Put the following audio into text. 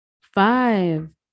Five